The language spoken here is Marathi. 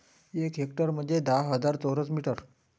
एक हेक्टर म्हंजे दहा हजार चौरस मीटर